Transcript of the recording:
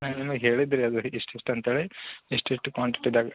ನಾನು ಹೇಳಿದಿರಿ ಅದು ಇಷ್ಟು ಇಷ್ಟು ಅಂತೇಳಿ ಇಷ್ಟು ಇಷ್ಟು ಕ್ವಾಂಟಿಟಿದಾಗೆ